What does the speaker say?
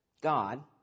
God